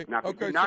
Okay